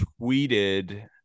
tweeted